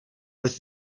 with